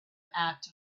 act